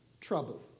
trouble